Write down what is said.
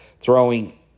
throwing